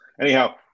Anyhow